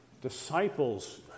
disciples